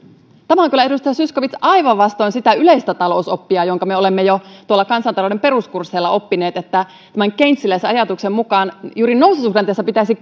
tämä on kyllä edustaja zyskowicz aivan vastoin sitä yleistä talousoppia jonka me olemme jo tuolla kansantalouden peruskursseilla oppineet tämän keynesiläisajatuksen mukaan juuri noususuhdanteessa pitäisi